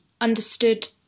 understood